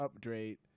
update